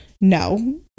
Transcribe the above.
No